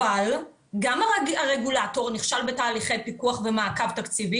אבל גם הרגולטור נכשל בתהליכי הפיקוח ומעקב תקציבי